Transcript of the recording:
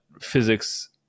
physics